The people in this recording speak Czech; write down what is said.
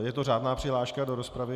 Je to řádná přihláška do rozpravy?